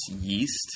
yeast